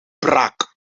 brak